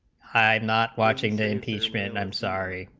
had not watching the impeachment i'm sorry